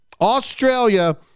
Australia